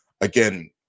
again